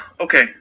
okay